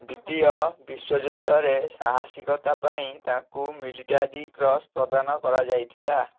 ଦ୍ୱିତୀୟ ବିଶ୍ଵଯୁଦ୍ଧରେ ସାହସିକତା ପାଇଁ ତାଙ୍କୁ ମିଲିଟାରୀ କ୍ରସ୍ ପ୍ରଦାନ କରାଯାଇଥିଲା